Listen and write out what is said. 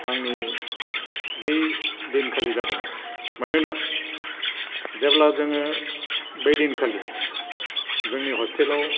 आंनि बै दिनखालि जादोंमोन मानोना जेब्ला जोङो बै दिनखालि जोंनि हस्टेलाव